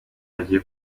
hagiye